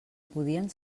podien